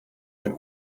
den